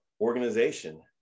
organization